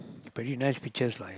very nice pictures like